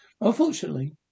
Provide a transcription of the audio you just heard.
Unfortunately